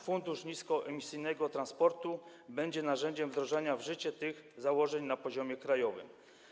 Fundusz Niskoemisyjnego Transportu będzie narzędziem wdrażania w życie tych założeń na poziomie krajowym.